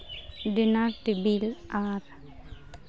dinner table R